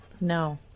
no